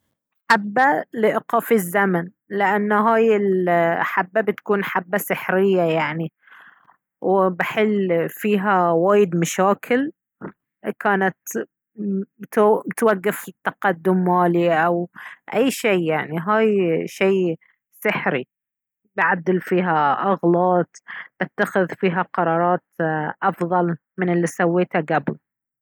حبة لإيقاف الزمن لأنه هاي الحبة بتكون حبة سحرية يعني وبحل فيها وايد مشاكل كانت بتوقف التقدم مالي أو أي شي يعني هاي شي سحري بعدل فيها أغلاط بتخذ فيها قرارات أفضل من الي سويتها قبل